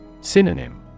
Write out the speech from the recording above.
Synonym